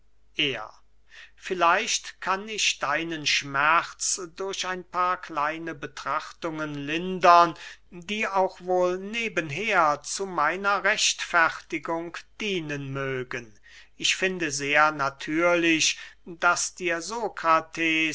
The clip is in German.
er vielleicht kann ich deinen schmerz durch ein paar kleine betrachtungen lindern die auch wohl nebenher zu meiner rechtfertigung dienen mögen ich finde sehr natürlich daß dir